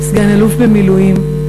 סגן-אלוף במילואים,